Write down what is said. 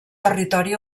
territori